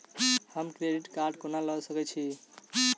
हम credit card कोना लऽ सकै छी?